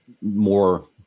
more